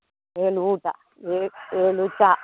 ಏಳು ಊಟ ಏಳು ಚಾ